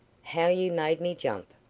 how you made me jump!